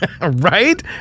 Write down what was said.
Right